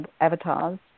avatars